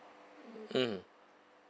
mmhmm